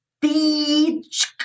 beach